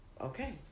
okay